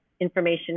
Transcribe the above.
information